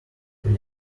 you